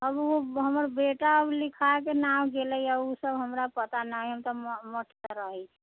ओ हमर बेटा लिखाकऽ नाम गेलैए ओ सब हमरा पता नहि हइ हम तऽ मठपर रहै छी